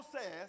says